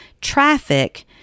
traffic